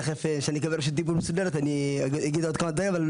כשאני אקבל רשות דיבור מסודרת אני אגיד עוד כמה דברים.